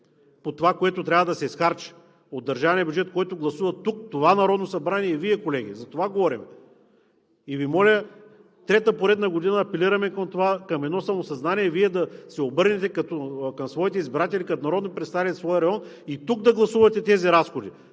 по това, което трябва да се изхарчи от държавния бюджет, който гласува това Народно събрание, и Вие, колеги. За това говорим. И Ви моля, трета поредна година апелираме към едно самосъзнание – Вие да се обърнете към своите избиратели, като народни представители на своя район, и тук да гласувате тези разходи.